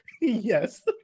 Yes